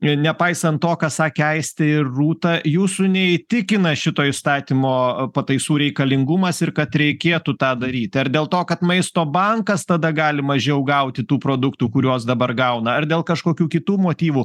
nepaisant to ką sakė aistė ir rūta jūsų neįtikina šito įstatymo pataisų reikalingumas ir kad reikėtų tą daryti ar dėl to kad maisto bankas tada gali mažiau gauti tų produktų kuriuos dabar gauna ar dėl kažkokių kitų motyvų